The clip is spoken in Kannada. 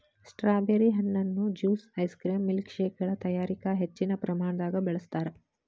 ಸ್ಟ್ರಾಬೆರಿ ಹಣ್ಣುನ ಜ್ಯೂಸ್ ಐಸ್ಕ್ರೇಮ್ ಮಿಲ್ಕ್ಶೇಕಗಳ ತಯಾರಿಕ ಹೆಚ್ಚಿನ ಪ್ರಮಾಣದಾಗ ಬಳಸ್ತಾರ್